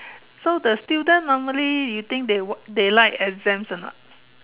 so the student normally you think they they like exams or not